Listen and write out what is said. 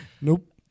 nope